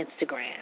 Instagram